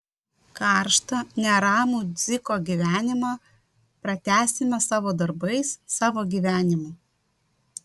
karštą neramų dziko gyvenimą pratęsime savo darbais savo gyvenimu